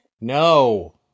no